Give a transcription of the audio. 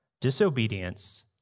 Disobedience